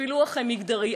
בפילוח מגדרי.